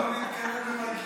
לא, אני לא מתקרב למלכיאלי.